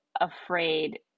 afraid